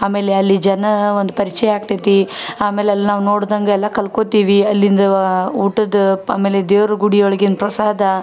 ಆಮೇಲೆ ಅಲ್ಲಿ ಜನಾ ಒಂದು ಪರಿಚಯ ಆಗ್ತೇತೀ ಆಮೇಲೆ ಅಲ್ಲಿ ನಾವು ನೋಡ್ದಂಗೆ ಎಲ್ಲ ಕಲ್ಕೊತೀವಿ ಅಲ್ಲಿಂದ ಊಟದ ಪ ಆಮೇಲೆ ದೇವ್ರ ಗುಡಿಯೊಳ್ಗಿನ ಪ್ರಸಾದ